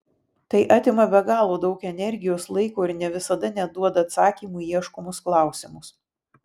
tai atima be galo daug energijos laiko ir ne visada net duoda atsakymų į ieškomus klausimus